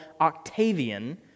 Octavian